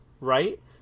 right